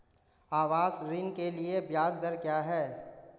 आवास ऋण के लिए ब्याज दर क्या हैं?